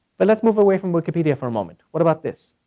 but let's move away from wikipedia for a moment. what about this?